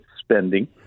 spending